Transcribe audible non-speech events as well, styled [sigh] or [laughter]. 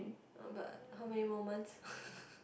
but how many more months [laughs]